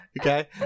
Okay